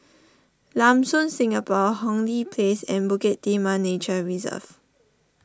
Lam Soon Singapore Hong Lee Place and Bukit Timah Nature Reserve